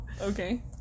Okay